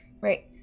Right